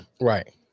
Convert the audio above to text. Right